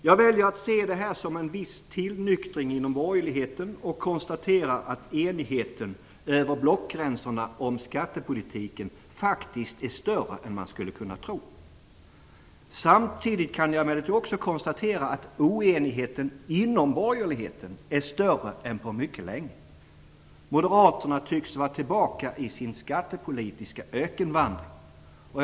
Jag väljer att se detta som en viss tillnyktring inom borgerligheten och konstaterar att enigheten över blockgränserna om skattepolitiken faktiskt är större än man skulle kunna tro. Samtidigt kan jag emellertid också konstatera att oenigheten inom borgerligheten är större än på mycket länge. Moderaterna tycks vara tillbaka i sin skattepolitiska ökenvandring.